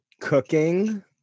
cooking